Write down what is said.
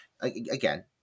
again